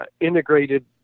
integrated